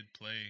play